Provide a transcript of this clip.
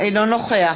אינו נוכח